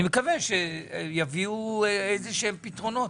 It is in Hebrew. אני מקווה שיביאו איזה שהם פתרונות.